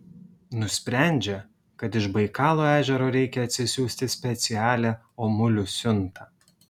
nusprendžia kad iš baikalo ežero reikia atsisiųsti specialią omulių siuntą